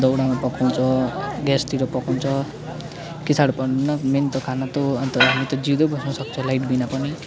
दौउरामा पकाउँछ ग्यासतिर पकाउँछ केही साह्रो पर्दैन मेन त खाना त हो अन्त हामी त जिउँदो बस्न सक्छ लाइट बिना पनि